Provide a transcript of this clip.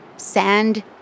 Sand